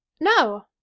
No